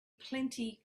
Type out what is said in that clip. plenty